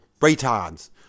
retards